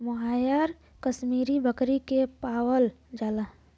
मोहायर कशमीरी बकरी से पावल जाला